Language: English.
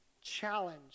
challenge